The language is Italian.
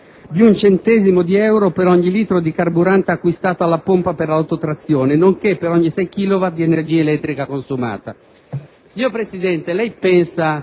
di un centesimo di euro per ogni litro di carburante acquistato alla pompa per l'autotrazione, nonché per ogni 6 kW/h di energia elettrica consumata».